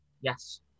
Yes